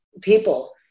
people